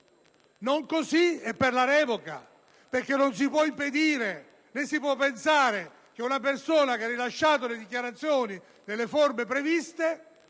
non è così per la revoca, perché non si può impedire né si può pensare che una persona che ha rilasciato le dichiarazioni nelle forme previste